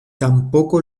tampoco